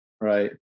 Right